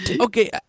okay